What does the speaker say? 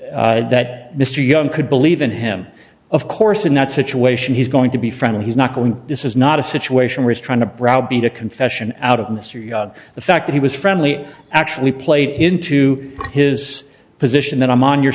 that mr young could believe in him of course in that situation he's going to be front and he's not going to this is not a situation where is trying to browbeat a confession out of mr the fact that he was friendly actually played into his position that i'm on your